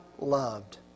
loved